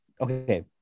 Okay